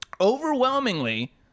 Overwhelmingly